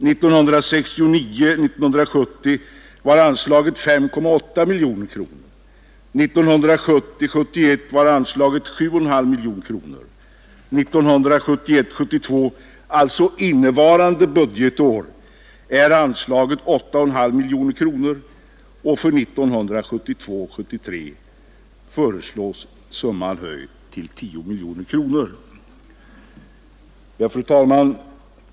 1969 71 var anslaget 7,5 miljoner kronor, 1971 73 föreslås summan höjd till 10 miljoner kronor. Fru talman!